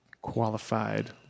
qualified